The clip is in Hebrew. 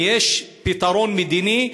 אם יש פתרון מדיני,